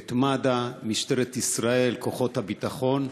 את מד"א, משטרת ישראל, כוחות הביטחון,